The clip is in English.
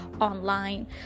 online